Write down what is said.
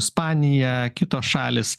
ispanija kitos šalys